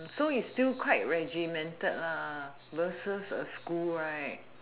so it's still quite regimented vs a school right